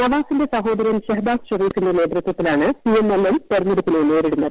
നവാസിന്റെ സഹോദരൻ ഷഹബാസ് ഷെരീഫിന്റെ നേതൃത്വത്തിലാണ് പി എം എൽ എൻ തെരഞ്ഞെടുപ്പിനെ നേരിടുന്നത്